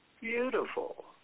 Beautiful